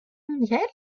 mondiale